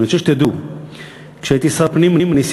שאני רוצה שתדעו שכשהייתי שר הפנים ניסיתי